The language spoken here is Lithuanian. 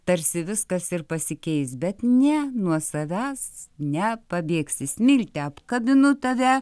tarsi viskas ir pasikeis bet ne nuo savęs nepabėgsi smilte apkabinu tave